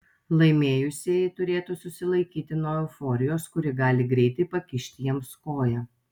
laimėjusieji turėtų susilaikyti nuo euforijos kuri gali greitai pakišti jiems koją